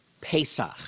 Pesach